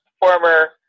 former